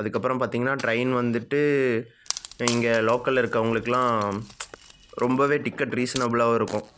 அதுக்கப்புறம் பார்த்தீங்கன்னா ட்ரெயின் வந்துட்டு இங்கே லோக்கலில் இருக்கிறவங்களுக்குலாம் ரொம்பவே டிக்கெட் ரீசனபுளாகவும் இருக்கும்